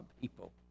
people